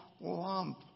lump